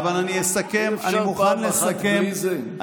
אי-אפשר פעם אחת בלי זה?